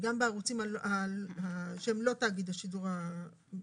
גם בערוצים שהם לא תאגיד השידור הישראלי?